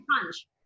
punch